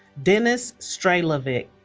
denis strailovic